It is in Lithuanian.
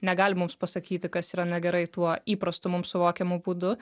negali mums pasakyti kas yra negerai tuo įprastu mums suvokiamu būdu